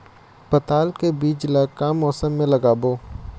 पताल के बीज ला का मौसम मे लगाबो?